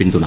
പിന്തുണ